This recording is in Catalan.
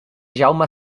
jaume